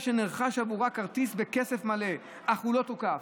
שנרכש עבורה כרטיס בכסף מלא אך הוא לא תוקף".